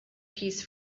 piece